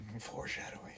Foreshadowing